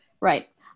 right